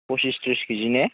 पसिस त्रिस केजि ने